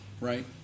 right